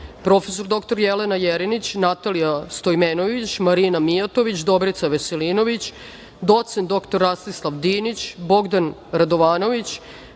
prof. dr Jelena Jerinić, Natalija Stojmenović, Marina Mijatović, Dobrica Veselinović, doc. dr Rastislav Dinić, Bogdan Radovanović,